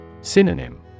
Synonym